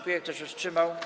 Kto się wstrzymał?